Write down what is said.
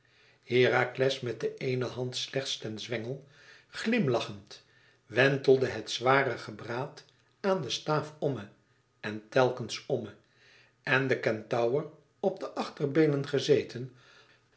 herakles met de eene hand slechts ten zwengel glimlachend wentelde het zware gebraad aan den staaf omme en telkens omme en de kentaur op de achterbeenen gezeten